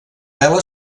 vela